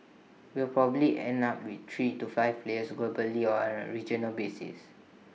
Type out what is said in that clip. we will probably end up with three to five players globally or on A regional basis